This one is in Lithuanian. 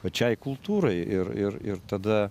pačiai kultūrai ir ir ir tada